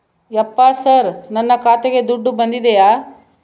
ಯಪ್ಪ ಸರ್ ನನ್ನ ಖಾತೆಗೆ ದುಡ್ಡು ಬಂದಿದೆಯ?